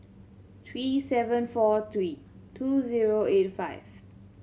three seven four three two zero eight five